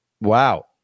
Wow